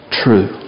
true